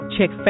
Check